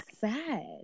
sad